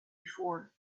before